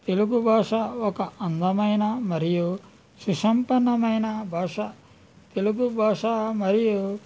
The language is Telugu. తెలుగు భాష ఒక అందమైన మరియు సుసంపన్నమైన భాష తెలుగు భాష మరియు